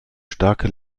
starke